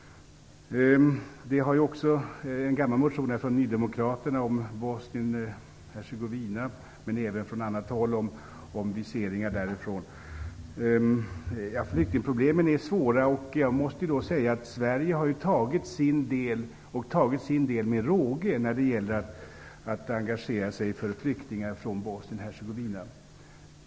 Det finns en gammal motion som väcktes av nydemokraterna, men även från annat håll, om viseringar av medborgare från Bosnien-Hercegovina. Flyktingproblemen är svåra där. Jag anser att Sverige har tagit sin del av ansvaret med råge när det gäller att engagera sig för flyktingar från Bosnien-Hercegovina.